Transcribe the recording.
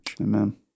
Amen